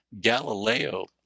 Galileo